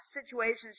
situations